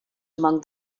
among